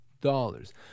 dollars